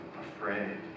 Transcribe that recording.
afraid